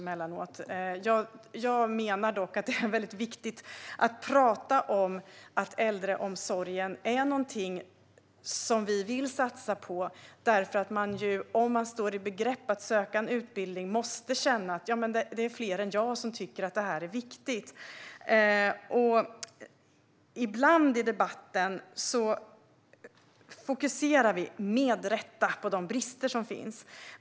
Jag menar dock att det är mycket viktigt att tala om att äldreomsorgen är någonting som vi vill satsa på. Om man står i begrepp att söka en utbildning måste man nämligen känna att det är fler än man själv som tycker att detta är viktigt. Ibland i debatten fokuserar vi, med rätta, på de brister som finns.